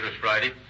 Friday